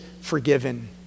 forgiven